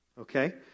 Okay